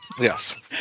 Yes